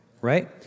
right